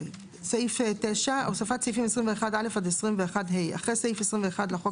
סעיף 9. הוספת סעיפים 21א עד 21ה. אחרי סעיף 21 לחוק